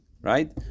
right